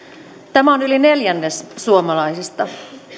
tämä on yli neljännes suomalaisista